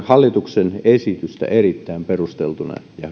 hallituksen esitystä erittäin perusteltuna ja